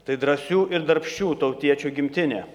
tai drąsių ir darbščių tautiečių gimtinė